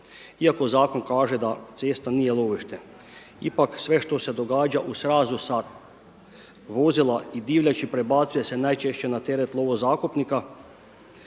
iako zakon kaže da cesta nije lovište. Ipak sve što se događa u srazu sa vozila i divljači prebacuje se najčešće na teret lovo zakupnika